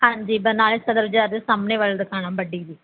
ਹਾਂਜੀ ਬਰਨਾਲੇ ਸਦਰ ਬਾਜ਼ਾਰ ਦੇ ਸਾਹਮਣੇ ਵਾਲੀ ਦੁਕਾਨ ਹੈ ਵੱਡੀ ਜੀ